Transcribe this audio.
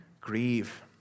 grieve